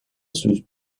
sus